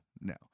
no